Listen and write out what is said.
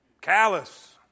callous